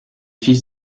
fils